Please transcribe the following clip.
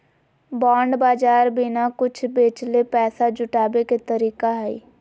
bond बाज़ार बिना कुछ बेचले पैसा जुटाबे के तरीका हइ